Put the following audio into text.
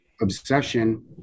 obsession